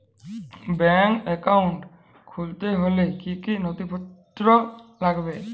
Bank account খুলতে হলে কি কি নথিপত্র লাগবে?